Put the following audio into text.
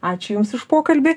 ačiū jums už pokalbį